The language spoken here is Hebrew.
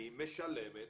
אני משלמת